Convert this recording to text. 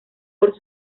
por